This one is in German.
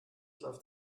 läuft